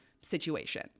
situation